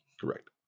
Correct